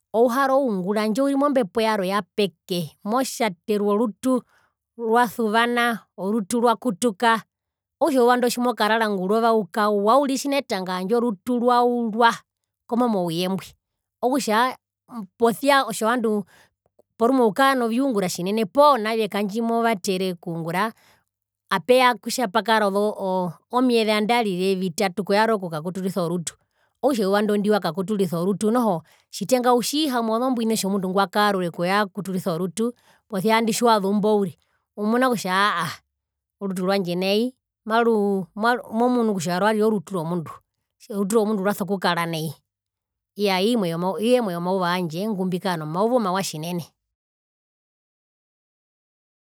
Ouhara oungura handje uri mombepo yarwe yapeke motjaterwa orutu rwasuvana orutu rwakutuka okutjaeuva ndo tjimokarara ngurova ukawa uriri tjina etanga handje orutu rwaurwa komo mouyembwi okutja posia otjovandu porumwe ukaa noviungura tjinene poo navika ndji movatere okungura apeya kutja pakara oo omyeze nandarire vitatu koyarora okukakuturisa orutu okutja eyuva ndo ndiwakakuturisa orutu noho tjitenga utjiihamwa ozombwini otjo mundu ngwakaa rure koya kuturisa orutu posia inditjiwazumbo uriri umuna kutja aahaa orutu rwandje nai maruu momunu kutja rwarire orutu romundu orutu romundu rusokukara nai iyaa imwe yoiyemwe yomauva yandje ngumbikaa nomauva omawa tjinene.